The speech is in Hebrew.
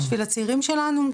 זה בשביל הצעירים שלנו,